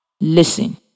Listen